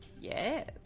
Yes